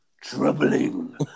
troubling